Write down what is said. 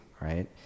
right